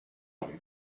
rue